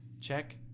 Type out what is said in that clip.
Check